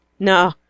No